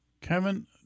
Kevin